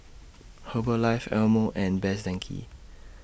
Herbalife Eye Mo and Best Denki